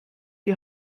die